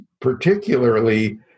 particularly